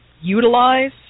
utilize